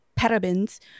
parabens